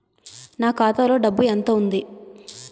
నా ఖాతాలో డబ్బు ఎంత ఉంది?